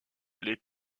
les